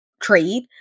trade